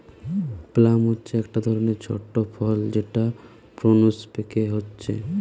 plum হচ্ছে একটা ধরণের ছোট ফল যেটা প্রুনস পেকে হচ্ছে